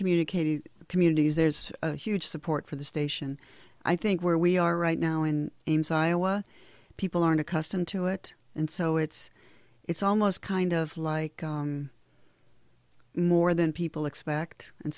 communicating communities there's huge support for the station i think where we are right now in ames iowa people aren't accustomed to it and so it's it's almost kind of like more than people expect and